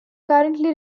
currently